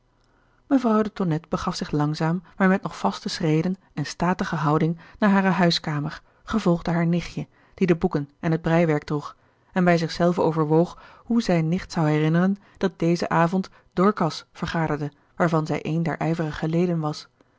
mevrouw de tonnette begaf zich langzaam maar met nog vaste schreden en statige houding naar hare huiskamer gevolgd door haar nichtje die de boeken en het breiwerk droeg en bij zich zelve overwoog hoe zij nicht zou herinneren dat dezen avond dorcas vergaderde waarvan zij een der ijverige leden was